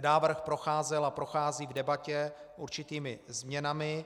Návrh procházel a prochází k debatě určitými změnami.